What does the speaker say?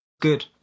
good